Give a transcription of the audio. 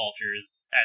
cultures